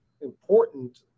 important